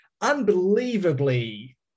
unbelievably